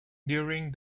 during